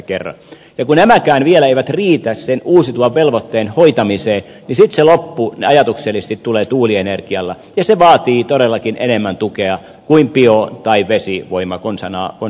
ja kun nämäkään vielä eivät riitä sen uusiutuvan velvoitteen hoitamiseen niin sitten se loppu ajatuksellisesti tulee tuulienergialla ja se vaatii todellakin enemmän tukea kuin bio tai vesivoima konsanaan vaatii